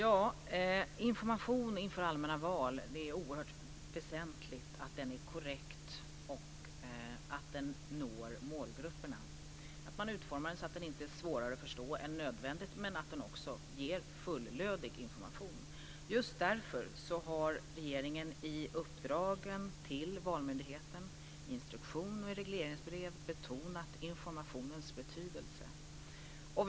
Herr talman! Det är oerhört väsentligt att information inför allmänna val är korrekt, att den når målgrupperna och att den utformas så att den inte är svårare att förstå än nödvändigt och ger fullödig vägledning. Just därför har regeringen i uppdragen till Valmyndigheten, i instruktion och i regleringsbrev betonat informationens betydelse.